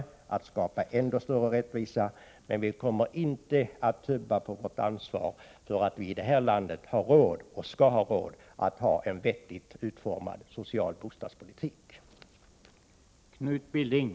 Vi skall skapa ännu större rättvisa, men vi kommer inte att tubba på vårt ansvar för att vi i det här landet skall ha råd att ha en vettigt utformad social bostadspolitik.